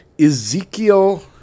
Ezekiel